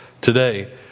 today